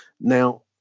Now